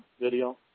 video